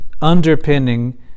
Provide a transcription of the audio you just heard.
underpinning